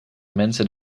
mensen